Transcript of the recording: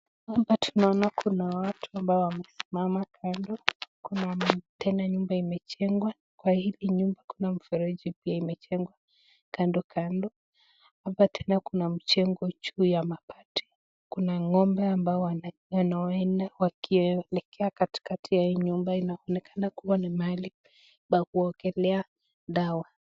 Hapa tunaona kuna watu ambao wamesimama kando ,kuna tena nyumba imejengwa kwa hili nyumba kuna mfereji pia imejengwa kando kando. Hapa tena kuna mjengo juu ya mabati , kuna ng'ombe ambao nawaona wakielekea katikati ya hii nyumba, inaonekana kua ni mahali pa kuogelea dawa.